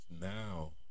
now